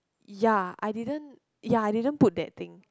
ya I didn't ya I didn't put that thing